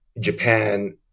Japan